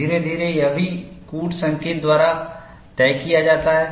धीरे धीरे यह भी कूट संकेत द्वारा तय किया जाता है